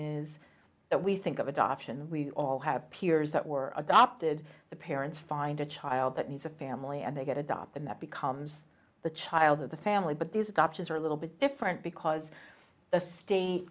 is that we think of adoption we all have peers that were adopted the parents find a child that needs a family and they get adopted that becomes the child of the family but these adoptions are a little bit different because the state